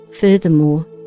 Furthermore